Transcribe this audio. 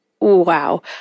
wow